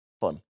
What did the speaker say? fun